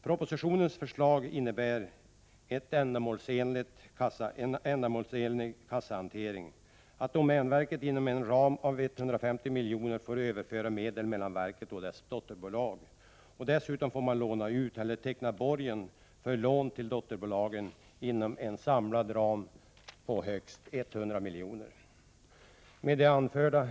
Propositionens förslag innebär en ändamålsenlig kassahantering. Domänverket får inom en ram av 150 milj.kr. överföra medel mellan verket och dess dotterbolag. Dessutom får man låna ut eller teckna borgen för lån till dotterbolagen inom en samlad ram om högst 100 milj.kr. Herr talman!